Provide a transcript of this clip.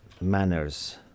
manners